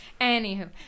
Anywho